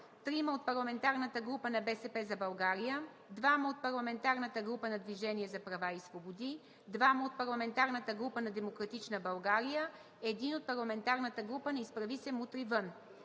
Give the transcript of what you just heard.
3 от парламентарната група на „БСП за България“, 2 от парламентарната група на „Движение за права и свободи“, 2 от парламентарната група на „Демократична България“, 1 от парламентарната група на „Изправи се! Мутри вън!“.